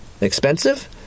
expensive